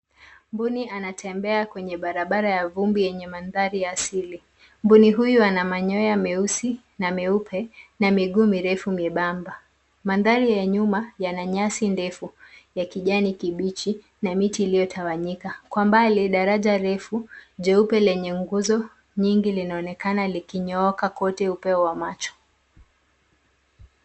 Mbuni anatembea kwenye barabara ya vumbi yenye mandhari ya asili. Mbuni huyu ana manyoya meusi na meupe na miguu mirefu miembamba. Mandhari ya nyuma yana nyasi ndefu ya kijana kibichi na miti iliyotawanyika. Kwa mbali, daraja refu jeupe lenye nguzo nyingi linaonekana likinyooka kote upeo wa macho.